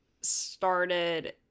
started